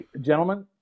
gentlemen